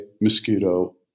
mosquito